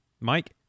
Mike